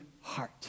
heart